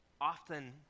often